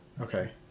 Okay